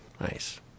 Nice